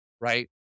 right